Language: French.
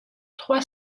trois